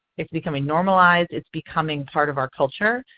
it's becoming normalized. it's becoming part of our culture.